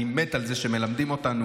אני מת על זה שמלמדים אותנו,